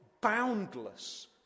boundless